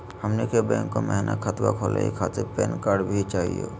हमनी के बैंको महिना खतवा खोलही खातीर पैन कार्ड भी चाहियो?